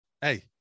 hey